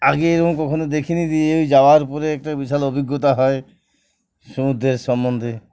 আগে এরকম কখনও দেখিনি দিয়ে ওই যাওয়ার পরে একটা বিশাল অভিজ্ঞতা হয় সমুদ্রের সম্বন্ধে